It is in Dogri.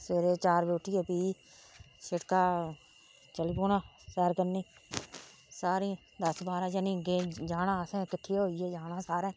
सबेरे चार बजे उट्ठिये फ्ही शिड़का चली पौना सैर करने गी सारे दस्स बारह जने जाना असें किट्ठे होइयै जाहन सारें